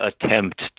attempt